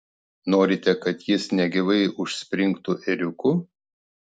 norite kad jis negyvai užspringtų ėriuku